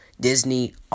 Disney